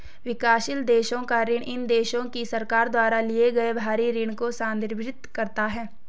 विकासशील देशों का ऋण इन देशों की सरकार द्वारा लिए गए बाहरी ऋण को संदर्भित करता है